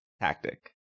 tactic